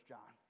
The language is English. John